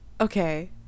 okay